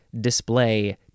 display